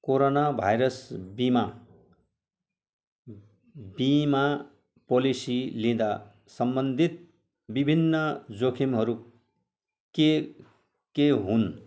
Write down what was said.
corona virus बिमा बिमा policy लिँदा सम्बन्धित विभिन्न जोखिमहरू के के हुन्